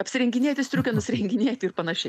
apsirenginėti striukę nusirenginėti ir panašiai